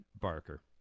Barker